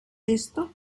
esto